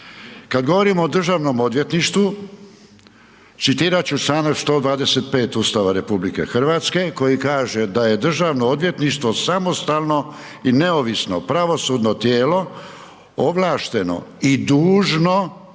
kad govorimo o državnom odvjetništvu citirat ću čl. 125. Ustava RH koji kaže da je državno odvjetništvo samostalno i neovisno pravosudno tijelo ovlašteno i dužno